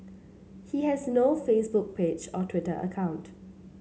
he has no Facebook page or Twitter account